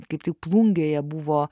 kaip tik plungėje buvo